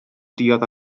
diod